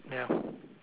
yeah